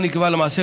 למעשה,